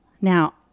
Now